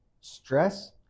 stress